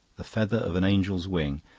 the feather of an angel's wing.